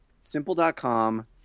Simple.com